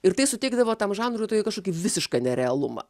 ir tai suteikdavo tam žanrui tokį kažkokį visišką nerealumą